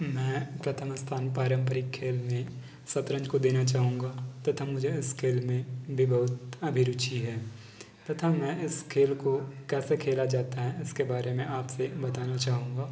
मैं प्रथम स्थान पारंपरिक खेल में शतरंज को देना चाहूँगा तथा मुझे इस खेल में भी बहुत अभिरुचि है तथा मैं इस खेल को कैसे खेला जाता है इसके बारे में आपसे बताना चाहूँगा